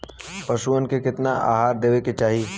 पशुअन के केतना आहार देवे के चाही?